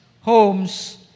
homes